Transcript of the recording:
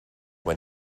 when